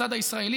הצד הישראלי,